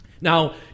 now